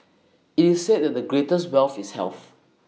IT is said that the greatest wealth is health